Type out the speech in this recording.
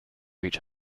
each